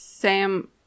Sam